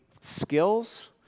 skills